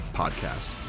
podcast